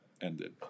ended